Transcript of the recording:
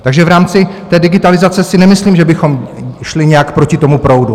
Takže v rámci digitalizace si nemyslím, že bychom šli nějak proti tomu proudu.